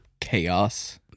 chaos